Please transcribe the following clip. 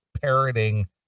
parroting